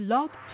Love